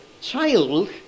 child